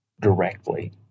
directly